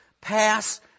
pass